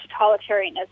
totalitarianism